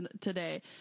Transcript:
today